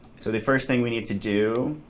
so the first thing we need to do